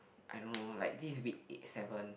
I don't know like this week eight seven